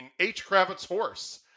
HKravitzHorse